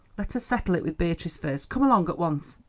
let us settle it with beatrice first. come along at once.